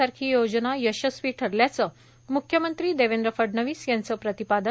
सारखी योजना यशस्वी ठरल्याचं म्ख्यमंत्री देवेंद्र फडणवीस यांच प्रतिपादन